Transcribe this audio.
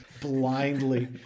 blindly